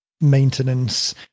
maintenance